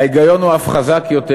ההיגיון הוא אף חזק יותר,